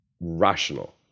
rational